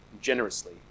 generously